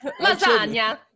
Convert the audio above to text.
Lasagna